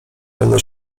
będą